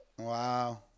Wow